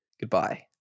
goodbye